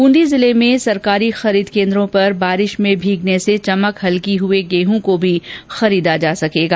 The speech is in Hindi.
बूंदी जिले में सरकारी खरीद केन्द्रों पर बारिश में भीगने से चमक हल्की हुए गेंहूँ को भी खरीदा जा सकेगा